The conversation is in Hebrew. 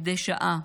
מדי שעה,